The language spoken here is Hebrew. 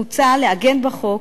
מוצע לעגן בחוק